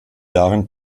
jahren